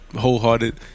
wholehearted